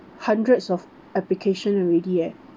hundreds of application already eh